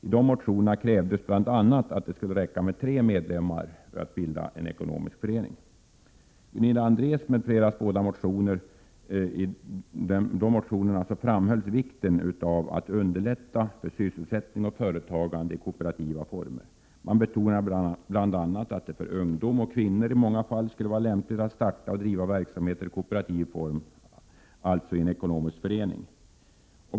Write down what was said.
I dessa motioner krävdes bl.a. att det skulle räcka med tre medlemmar för att bilda en ekonomisk förening. I de båda motionerna av Gunilla André m.fl. framhölls vikten av att underlätta för sysselsättning och företagande i kooperativa former. Man betonade bl.a. att det för ungdom och kvinnor i många fall skulle vara lämpligt att starta och driva verksamheter i kooperativ form, alltså i en ekonomisk förening.